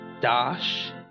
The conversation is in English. dash